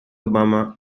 obama